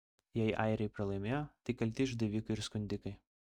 jei airiai pralaimėjo tai kalti išdavikai ir skundikai